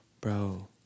bro